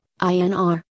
INR